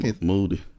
Moody